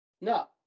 No